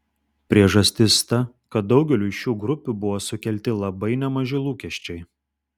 priežastis ta kad daugeliui šių grupių buvo sukelti labai nemaži lūkesčiai